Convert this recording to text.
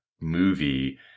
movie